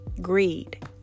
greed